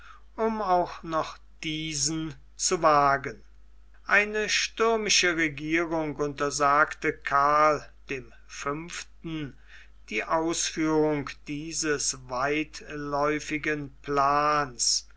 um auch noch diesen zu wagen eine stürmische regierung untersagte karln dem fünften die ausführung dieses weitläufigen planes